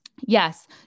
Yes